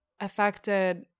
affected